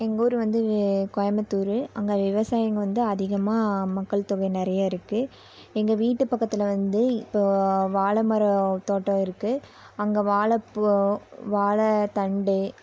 எங்கூர் வந்து கோயமுத்தூர் அங்கே விவசாயிங்க வந்து அதிகமாக மக்கள் தொகை நிறைய இருக்கு எங்கள் வீட்டு பக்கத்தில் வந்து இப்போது வாழை மரம் தோட்டம் இருக்கு அங்கே வாழைப்பூ வாழை தண்டு